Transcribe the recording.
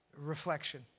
reflection